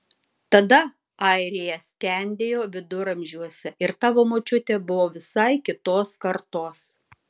tada airija skendėjo viduramžiuose ir tavo močiutė buvo visai kitos kartos